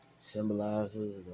symbolizes